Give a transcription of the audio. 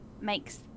makes